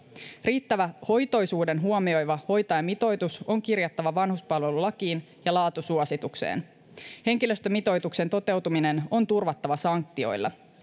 riittävä hoitoisuuden huomioiva hoitajamitoitus on kirjattava vanhuspalvelulakiin ja laatusuositukseen henkilöstömitoituksen toteutuminen on turvattava sanktioilla